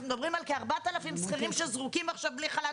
אנחנו מדברים על כ-4,000 שכירים שזרוקים עכשיו בלי חל"ת